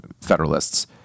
federalists